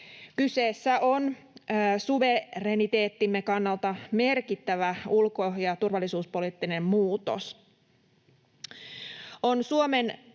Kyseessä on suvereniteettimme kannalta merkittävä ulko‑ ja turvallisuuspoliittinen muutos.